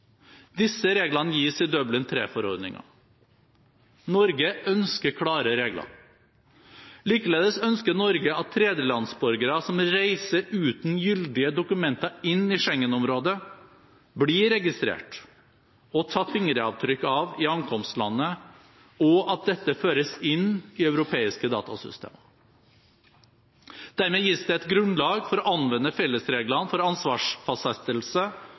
Disse reglene gis i Dublin III-forordningen. Norge ønsker klare regler. Likeledes ønsker Norge at tredjelandsborgere som reiser uten gyldige dokumenter inn i Schengen-området, blir registrert og tatt fingeravtrykk av i ankomstlandet, og at dette føres inn i europeiske datasystemer. Dermed gis det et grunnlag for å anvende fellesreglene for ansvarsfastsettelse,